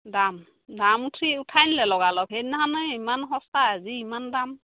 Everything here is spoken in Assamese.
দাম দাম উঠি উঠাই নিলে লগালগ সেইদিনাখন এই ইমান সস্তা আজি ইমান দাম